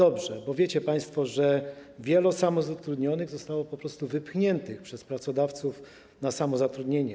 To dobrze, bo wiecie państwo, że wielu samozatrudnionych zostało po prostu wypchniętych przez pracodawców na samozatrudnienie.